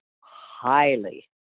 highly